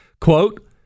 Quote